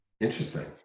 interesting